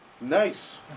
Nice